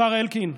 השר אלקין,